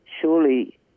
surely